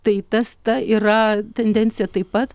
tai tas ta yra tendencija taip pat